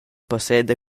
posseda